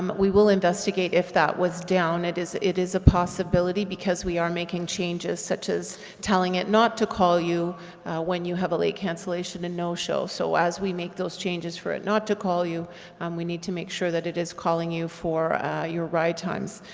um we will investigate if that was down. it is it is a possibility because we are making changes, such as telling it not to call you when you have a late cancellation and no-show. so as we make those changes for it not to call you and we need to make sure that it is calling you for your ride times.